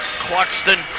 Cluxton